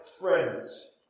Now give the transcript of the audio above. friends